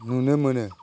नुनो मोनो